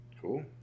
Cool